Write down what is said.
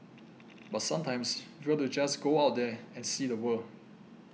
but sometimes further just go out there and see the world